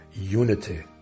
unity